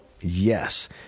Yes